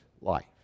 life